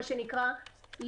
מה שנקרא,